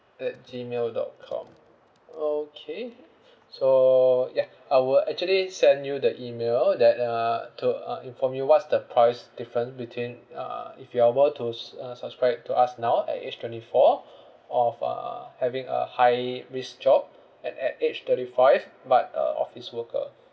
at Gmail dot com okay so ya I will actually send you the email that uh to uh inform you what's the price difference between uh if you are were to s~ uh subscribe to us now at age twenty four of uh having a high risk job and at age thirty five but a office worker